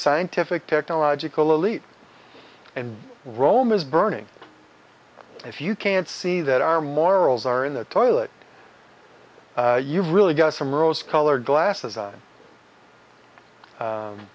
scientific technological elite and rome is burning if you can't see that our morals are in the toilet you've really got some rose colored glasses on